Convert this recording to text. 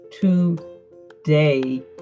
today